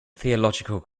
theological